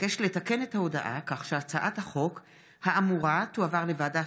אבקש לתקן את ההודעה כך שהצעת החוק האמורה תועבר לוועדת